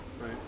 right